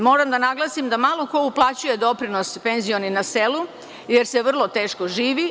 Moram da naglasim da malo ko uplaćuje doprinos penzioni na selu, jer se vrlo teško živi.